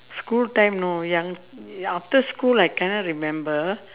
school time no young after school I cannot remember